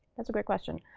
that's a great question.